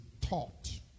taught